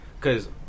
Cause